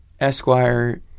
Esquire